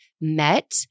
met